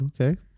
Okay